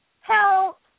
help